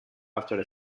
after